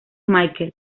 michael